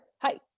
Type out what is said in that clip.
Hi